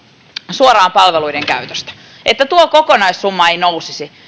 suoraan palveluiden käytöstä tuo kokonaissumma ei nousisi